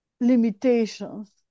limitations